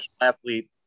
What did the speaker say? athlete